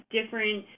different